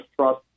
trust